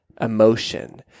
emotion